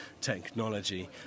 technology